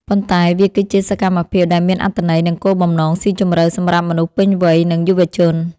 ប៉ុន្តែវាគឺជាសកម្មភាពដែលមានអត្ថន័យ និងគោលបំណងស៊ីជម្រៅសម្រាប់មនុស្សពេញវ័យ និងយុវជន។